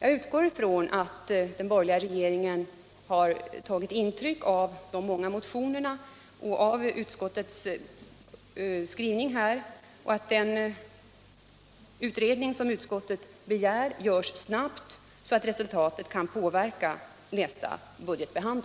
Jag utgår från att den borgerliga regeringen = sendets centrala och har tagit intryck av de många motionerna och av utskottets skrivning regionala myndigsamt att den utredning som utskottet begär görs snabbt, så att resultatet — heter m.m. kan påverka nästa budgetbehandling.